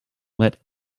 let